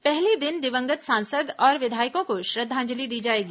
पहले दिन दिवंगत सांसद और विधायकों को श्रद्धांजलि दी जाएगी